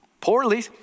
poorly